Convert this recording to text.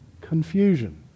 confusion